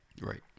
Right